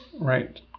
right